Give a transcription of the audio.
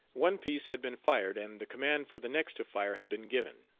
one piece had been fired, and the command for the next to fire had been given.